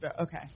Okay